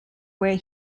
where